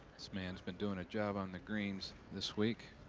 this man's been doing a job on the greens this week.